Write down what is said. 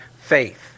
faith